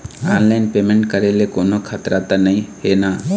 Online payment करे ले कोन्हो खतरा त नई हे न?